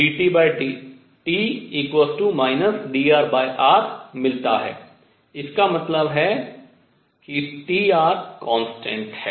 इसका मतलब है कि Trconstant है